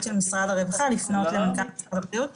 של משרד הרווחה לפנות למנכ"ל משרד הבריאות